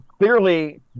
Clearly